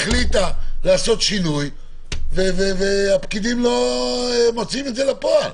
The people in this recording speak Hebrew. החליטה לעשות שינוי והפקידים לא מוציאים את זה לפועל.